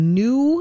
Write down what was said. new